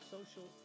Social